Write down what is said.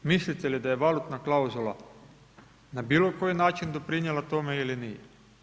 Mislite li da je valutna klauzula na bilo koji način doprinijela tome ili nije?